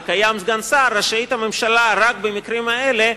ויש סגן שר, הממשלה רשאית, רק במקרים האלה,